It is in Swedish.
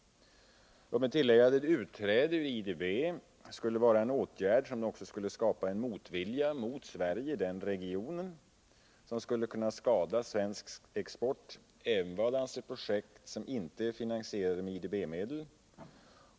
Låt mig tillägga att ett utträde ur IDB skulle vara en åtgärd som också skulle skapa en motvilja mot Sverige i den regionen, som skulle kunna skada svensk export även vad avser projekt som inte är finansierade med IDB-medel.